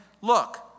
Look